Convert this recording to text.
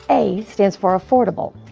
a stands for affordable.